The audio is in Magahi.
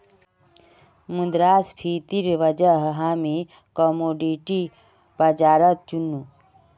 मुद्रास्फीतिर वजह हामी कमोडिटी बाजारल चुन नु